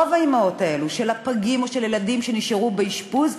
רוב האימהות האלה של הפגים או של הילדים שנשארו באשפוז,